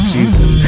Jesus